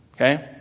Okay